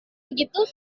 begitu